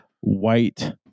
white